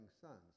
sons